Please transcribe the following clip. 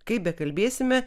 kaip bekalbėsime